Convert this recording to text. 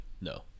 no